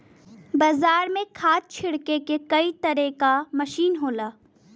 बाजार में खाद छिरके के कई तरे क मसीन होला